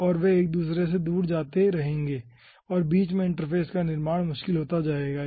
और वे एक दूसरे से दूर होते जा रहे हैं और बीच में इंटरफ़ेस का निर्माण मुश्किल होता जायेगा